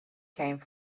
came